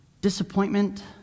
Disappointment